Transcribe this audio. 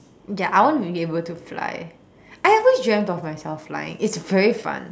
ya I want to be able to fly I ever dreamt of myself flying it's very fun